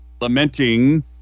lamenting